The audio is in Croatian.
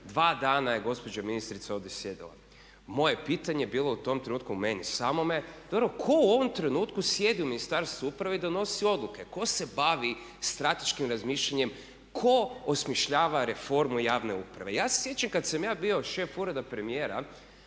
dva dana je gospođa ministrica ovdje sjedila. Moje pitanje je bilo u tom trenutku meni samome dobro tko u ovom trenutku sjedi u Ministarstvu uprave i donosi odluke? Tko se bavi strateškim razmišljanjem, tko osmišljava reformu javne uprave? Ja se sjećam kad sam ja bio šef Ureda premijera,